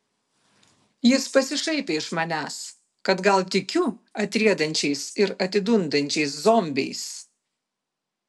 jis pasišaipė iš manęs kad gal tikiu atriedančiais ir atidundančiais zombiais